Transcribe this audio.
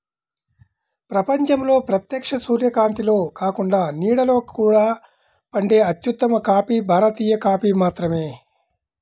ప్రపంచంలో ప్రత్యక్ష సూర్యకాంతిలో కాకుండా నీడలో కూడా పండే అత్యుత్తమ కాఫీ భారతీయ కాఫీ మాత్రమే